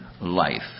life